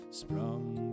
sprung